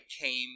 came